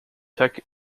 tech